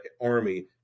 army